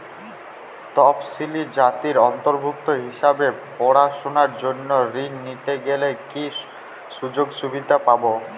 তফসিলি জাতির অন্তর্ভুক্ত হিসাবে পড়াশুনার জন্য ঋণ নিতে গেলে কী কী সুযোগ সুবিধে পাব?